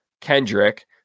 kendrick